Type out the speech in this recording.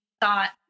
thought